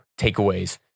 takeaways